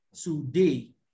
today